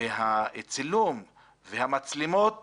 והצילום והמצלמות